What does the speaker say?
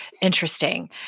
Interesting